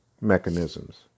mechanisms